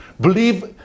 Believe